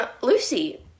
lucy